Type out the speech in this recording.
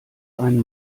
einen